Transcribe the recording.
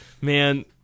Man